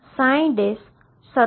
તોતેનો અર્થ શું છે